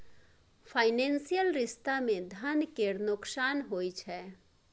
financial रिश्ता मे धन केर नोकसान होइ छै